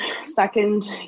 second